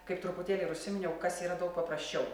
kaip truputėlį ir užsiminiau kas yra daug paprasčiau